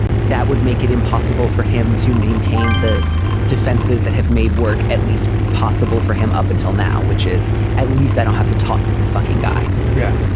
that would make it impossible for him to maintain the defenses that have made work at least possible for him up until now, which is at least i don't have to talk to this fucking guy. yeah.